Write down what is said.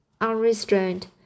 unrestrained